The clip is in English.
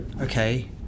Okay